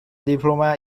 diploma